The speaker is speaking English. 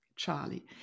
Charlie